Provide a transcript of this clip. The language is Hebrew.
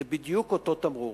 זה בדיוק אותו תמרור.